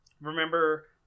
remember